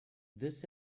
this